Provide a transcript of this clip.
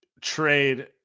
trade